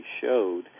showed